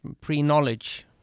pre-knowledge